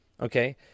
Okay